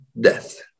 death